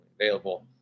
available